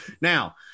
Now